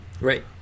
Right